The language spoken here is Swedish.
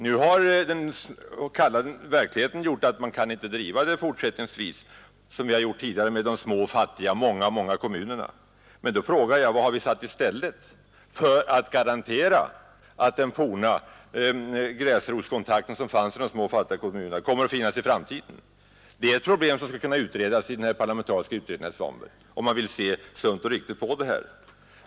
Nu har den kalla verkligheten gjort att vi inte fortsättningsvis kan driva samhället som vi har gjort tidigare med de många, små och fattiga motverka maktkoncentrationen i samhället motverka maktkoncentrationen i samhället kommunerna. Men vad har vi satt i stället, för att garantera att den forna gräsrotskontakten, den som fanns i de små och fattiga kommunerna, kommer att finnas i framtiden? Det är ett problem som bör utredas i den här parlamentariska utredningen, herr Svanberg, om man vill se sunt och riktigt på saken.